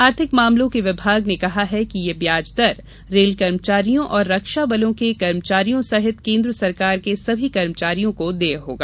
आर्थिक मामलों के विभाग ने कहा है कि ये ब्याज दर रेल कर्मचारियों और रक्षा बलों के कर्मचारियों सहित केन्द्र सरकार के सभी कर्मचारियों को देय होगा